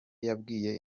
yabwiye